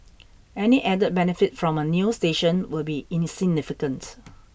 any added benefit from a new station will be insignificant